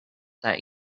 that